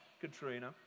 Katrina